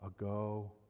ago